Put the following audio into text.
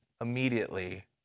immediately